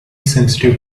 sensitive